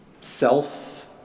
self